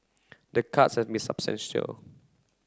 the cuts have been substantial